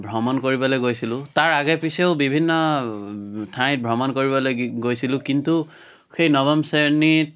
ভ্ৰমণ কৰিবলৈ গৈছিলোঁ তাৰে আগে পিছেও বিভিন্ন ঠাই ভ্ৰমণ কৰিবলৈ গৈছিলোঁ কিন্তু সেই নৱম শ্ৰেণীত